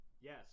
Yes